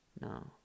no